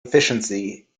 efficiency